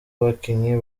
bakinnyi